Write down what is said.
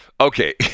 Okay